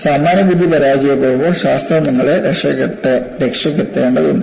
സാമാന്യബുദ്ധി പരാജയപ്പെടുമ്പോൾ ശാസ്ത്രം നിങ്ങളുടെ രക്ഷയ്ക്കെത്തേണ്ടതുണ്ട്